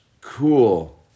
cool